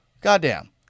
Goddamn